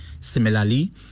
Similarly